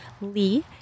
Lee